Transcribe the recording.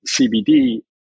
CBD